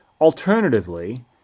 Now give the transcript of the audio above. alternatively